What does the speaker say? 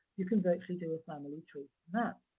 you can virtually do a family tree from that.